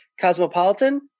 Cosmopolitan